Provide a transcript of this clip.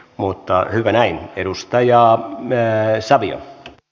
mutta hyvä näin